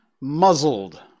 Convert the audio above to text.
muzzled